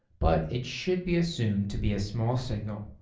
but it should be assumed to be a small signal,